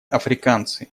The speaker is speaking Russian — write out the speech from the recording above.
африканцы